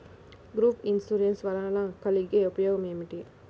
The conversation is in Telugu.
గ్రూప్ ఇన్సూరెన్స్ వలన కలిగే ఉపయోగమేమిటీ?